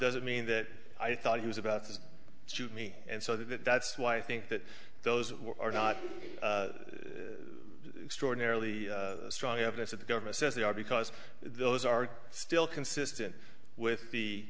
doesn't mean that i thought he was about to shoot me and so that's why i think that those are not extraordinarily strong evidence that the government says they are because those are still consistent with